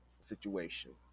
situation